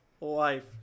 life